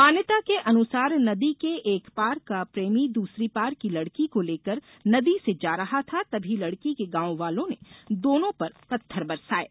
मान्यता के अनुसार नदी के एक पार का प्रेमी दूसरी पार की लड़की को लेकर नदी से जा रहा था तभी लड़की के गांव वालों ने दोनों पर पत्थर बरसाये